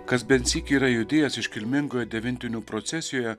kas bent sykį yra judėjęs iškilmingoje devintinių procesijoje